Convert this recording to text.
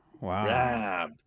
Wow